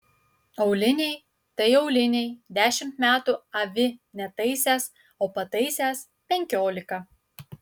auliniai tai auliniai dešimt metų avi netaisęs o pataisęs penkiolika